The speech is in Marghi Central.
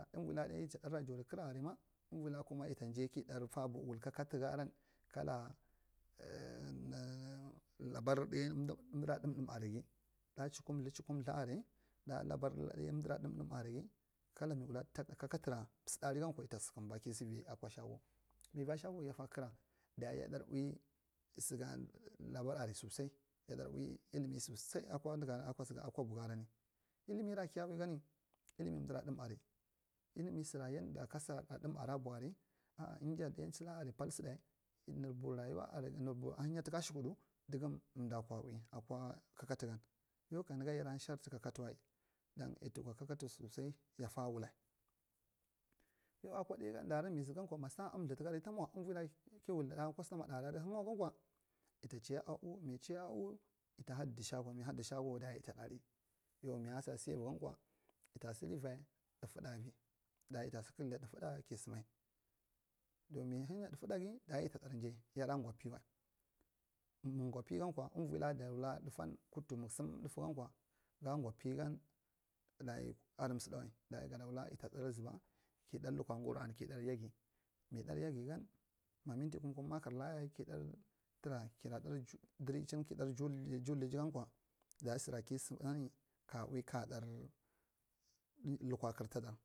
Uvila ɗa yida ɗar, jaudi kira aria ma uvila ita jai ki ɗar fa wul kakadi ga aria kala labor ɗai umdira ɓumɓum aria chikumtha chikumit aria, ɗa larabar ɗai dai umɗira ɗum ɗum ara, kala mi wula kakkatura sdmɗari gankwa yida sokumba kisi vi akwa shagwa mi bule akwe shagwa yida fa kara dayi ya ɗar ui sdgay labar aria sosai ya ɗar ui ulimi sosai akwa nagan akwa uri garan illimira kiya ui gani illimi umdira ɗum aria ulimi sora yada ka dum ara bwo di a’a ngda ɗai cho ara pal saɗa ni bwa rayiwa aria ni bwa ahinya tuka ashakoɗa dugum umbikwa ui akwi kakkaagan ya ka nigan yada sharr tu kakkadiwal do yi tukara kakkadi sosai yifa wulai yau akwa ma sa a amtha tuka raita mina uvira ki wul kana custamarɗ adi hang wakwa yita chal a’u, mi chai a. u yida haddi shagwa ɗasha yida lari yau mi yasa. Sa avi gankwa yida sam rivi ɗafu ɗai adi dasha yida si kdidi ɗafai ɗa ki sam mi hinya ɗafu ɗai ki sam mi hinya ɗafu ɗaga yida ɗai ja yada gwa piwai, mi gwa pankwa uvila gaɗa wala ɗafan rud tv muk sam ɗafu gankwa ga gwa pigan dayi adi seda ɗwai daya gada wula yida dar zuba ki ɗar lakwa ini ɗar zuba ki ɗar yaje ini ɗar yage gan ma minte kum- kum makarta yayi ki ɗai turgi kira ɗar duvachin juwul di juwuldi gankwa dadu sura ki sam gana ka ui ka ɗar kukwa kdrtaɗar.